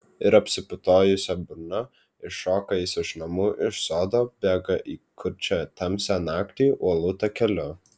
ir apsiputojusia burna iššoka jis iš namų iš sodo bėga į kurčią tamsią naktį uolų takeliu